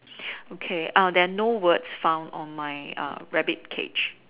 okay uh there are no words found on my uh rabbit cage